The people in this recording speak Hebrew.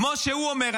כמו שהוא אומר,